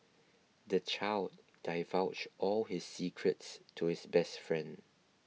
the child divulged all his secrets to his best friend